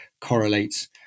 correlates